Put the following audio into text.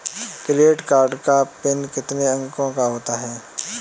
Credit card का PIN कितने अंकों का होता है?